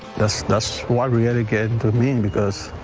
that's that's why we had a good to me in because.